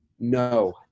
No